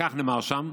כך נאמר שם,